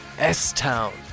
S-Town